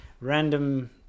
random